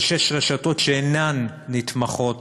ושש רשתות שאינן נתמכות